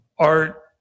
art